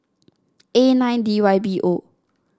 A nine D Y B O